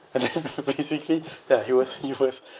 then basically ya he was he was